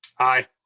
aye.